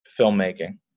Filmmaking